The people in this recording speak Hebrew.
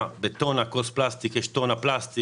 בטון של כוסות פלסטיק יש טון פלסטיק